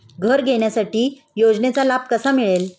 घर घेण्यासाठी योजनेचा लाभ कसा मिळेल?